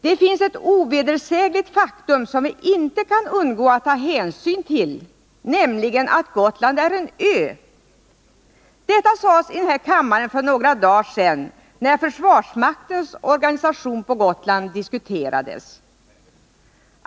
Det finns ett ovedersägligt faktum, som vi inte kan undgå att ta hänsyn till, nämligen att Gotland är en ö. Detta sades i den här kammaren för några dagar sedan, när försvarsmaktens organisation på Gotland diskuterades.